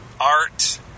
art